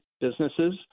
businesses